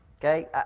Okay